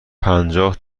پنجاه